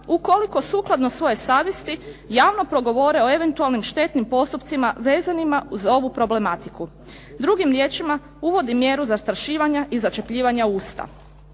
ukoliko sukladno svojoj savjesti javno progovore o eventualnim štetnim postupcima vezanima uz ovu problematiku. Drugim riječima, uvodi mjera zastrašivanja i začepljivanja usta.